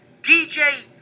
DJ